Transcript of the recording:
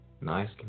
nice